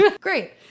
Great